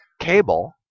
cable